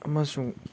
ꯑꯃꯁꯨꯡ